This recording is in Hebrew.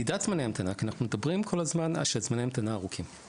מדידת זמני המתנה כי אנחנו מדברים כל הזמן על זה שזמני ההמתנה ארוכים,